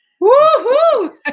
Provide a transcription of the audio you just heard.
Woo-hoo